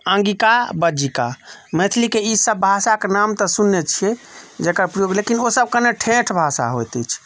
अङ्गिका बज्जिका मैथिलीके ईसभ भाषाके नाम तऽ सुनने छियै जकर प्रयोग लेकिन ओसभ कनि ठेठ भाषा होइत अछि